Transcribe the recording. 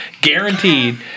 guaranteed